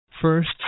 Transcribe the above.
first